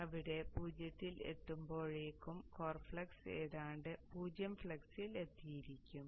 അതിനാൽ ഇവിടെ 0 ൽ എത്തുമ്പോഴേക്കും കോർ ഫ്ലക്സ് ഏതാണ്ട് 0 ഫ്ലക്സിൽ എത്തിയിരിക്കും